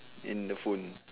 in the phone